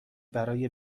برای